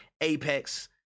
Apex